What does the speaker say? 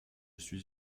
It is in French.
suis